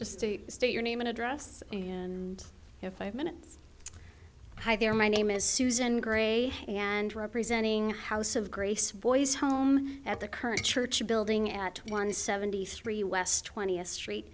just to state your name and address and have five minutes hi there my name is susan gray and representing house of grace boys home at the current church building at one seventy three west twentieth street